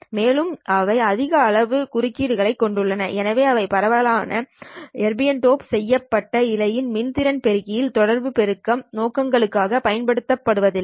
மேலும் அவை அதிக அளவு குறுக்கிடுயை கொண்டுள்ளன எனவே அவை பரவலாக எர்பியம் டோப் செய்யப்பட்ட இழை மின் திறன் பெருக்கியில் தொடர்பு பெருக்கம் நோக்கங்களுக்காகப் பயன்படுத்தப்படுவதில்லை